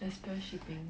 express shipping